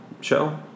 show